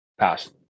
pass